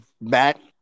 Matt